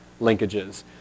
linkages